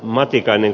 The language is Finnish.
matikainen